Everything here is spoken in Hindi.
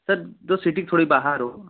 सर जो सिटी के थोड़ी बाहर हो